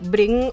Bring